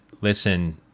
listen